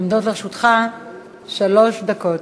עומדות לרשותך שלוש דקות.